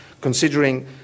considering